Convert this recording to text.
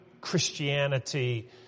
Christianity